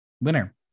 winner